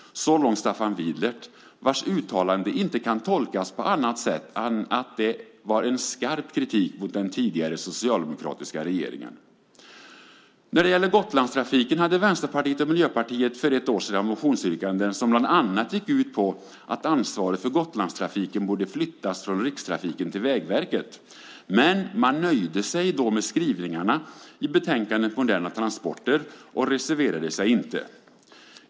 Så långt Staffan Widlert, vars uttalande inte kan tolkas på annat sätt än som en skarp kritik mot den tidigare socialdemokratiska regeringen. När det gäller Gotlandstrafiken hade Vänsterpartiet och Miljöpartiet för ett år sedan motionsyrkanden som bland annat gick ut på att ansvaret för Gotlandstrafiken borde flyttas från Rikstrafiken till Vägverket. Men man nöjde sig då med skrivningarna i betänkandet Moderna transporter och reserverade sig inte.